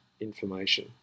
Information